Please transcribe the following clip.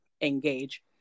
engage